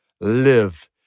live